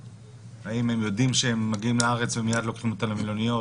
האם הם יודעים שהם מגיעים לארץ ומיד לוקחים אותם למלוניות.